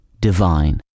divine